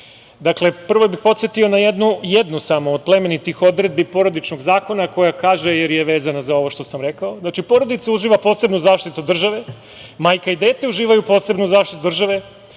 prvo bih podsetio na jednu samo od plemenitih odredbi porodičnog zakona jer je vezano za ovo što sam rekao. „Porodica uživa posebnu zaštitu države, majka i dete uživaju posebnu zaštitu države,